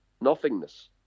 nothingness